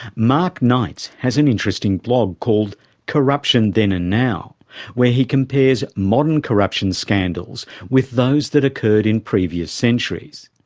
mark knights has an interesting blog called corruption then and now where he compares modern corruption scandals with those that occurred in previous centuries.